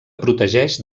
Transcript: protegeix